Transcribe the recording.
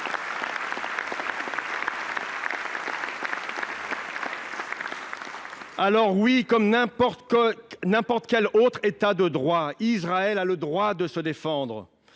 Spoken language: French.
Alors oui, comme n’importe quel autre État de droit, Israël a le droit de se défendre.